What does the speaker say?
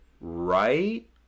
right